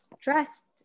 stressed